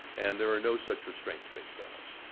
and there are no such restraints based on us.